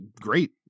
great